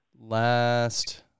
Last